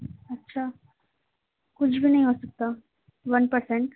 اچھا کچھ بھی نہیں ہو سکتا ون پرسنٹ